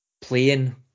playing